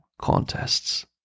contests